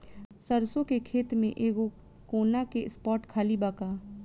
सरसों के खेत में एगो कोना के स्पॉट खाली बा का?